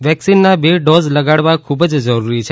વેકસીનના બે ડોઝ લગાડવા ખુબ જ જરૂરી છે